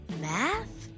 math